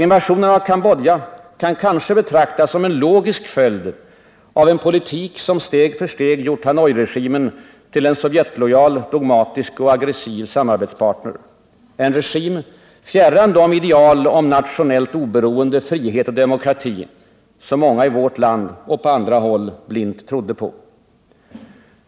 Invasionen i Cambodja kan kanske betraktas som en logisk följd av en politik som steg för steg gjort Hanoiregimen till en sovjetlojal dogmatisk och aggressiv samarbetspartner, en regim fjärran de ideal om nationellt oberoende, frihet och demokrati som många i vårt land och på andra håll blint trodde på.